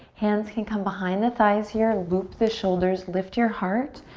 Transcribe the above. hands can come behind the thighs here. and loop the shoulders lift your heart.